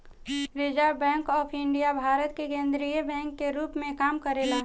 reserve bank of India Bharat के केंद्रीय bank के रूप में काम करेला